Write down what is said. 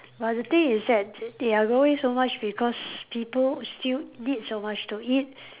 but the thing is that they are growing so much because people still need so much to eat